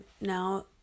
now